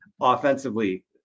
Offensively